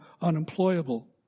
unemployable